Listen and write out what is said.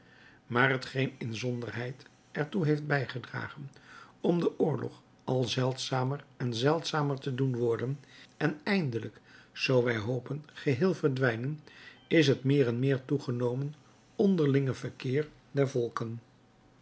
maar hetgeen inzonderheid er toe heeft bijgedragen om den oorlog al zeldzamer en zeldzamer te doen worden en eindelijk zoo wij hopen geheel verdwijnen is het meer en meer toegenomen onderling verkeer der volken